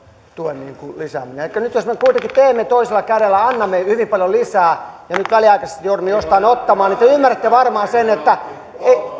tuen lisääminen elikkä nyt jos me kuitenkin teemme toisella kädellä annamme hyvin paljon lisää ja nyt väliaikaisesti joudumme jostain ottamaan niin te ymmärrätte varmaan sen että